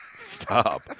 Stop